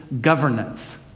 governance